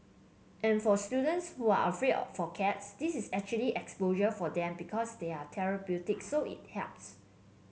and for students who are afraid for cats this is actually exposure for them because they're therapeutic so it helps